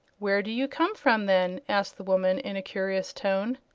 where do you come from, then? asked the woman, in a curious tone.